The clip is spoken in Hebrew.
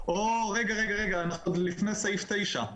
או, אנחנו עוד לפני סעיף 9,